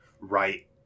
Right